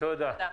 תודה.